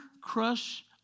crush